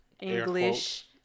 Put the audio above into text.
english